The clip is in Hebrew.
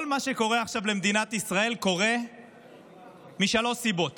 כל מה שקורה עכשיו למדינת ישראל קורה משלוש סיבות